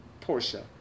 Porsche